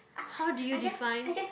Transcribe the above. how do you define